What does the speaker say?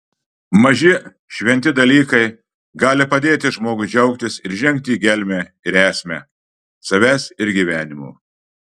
maži šventi dalykai gali padėti žmogui džiaugtis ir žengti į gelmę ir esmę savęs ir gyvenimo